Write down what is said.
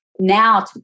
now